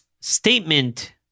statement